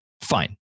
Fine